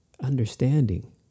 understanding